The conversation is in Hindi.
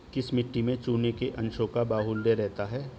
किस मिट्टी में चूने के अंशों का बाहुल्य रहता है?